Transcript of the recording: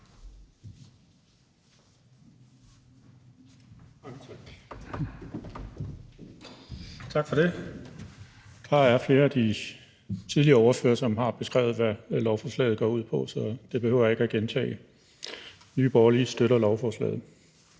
Tak for det. Der er flere af de tidligere ordførere, som har beskrevet, hvad lovforslaget går ud på, så det behøver jeg ikke at gentage. Nye Borgerlige støtter lovforslaget.